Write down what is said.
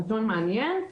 נתון מעניין,